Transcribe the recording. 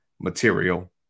material